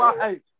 hey